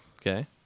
Okay